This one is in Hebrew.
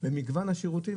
במגוון השירותים.